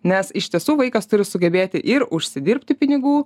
nes iš tiesų vaikas turi sugebėti ir užsidirbti pinigų